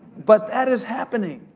but that is happening.